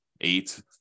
eight